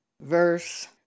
verse